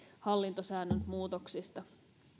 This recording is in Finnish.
hallintosäännön muutoksista